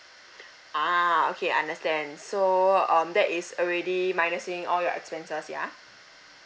ah okay understand so um that is already minusing all your expenses ya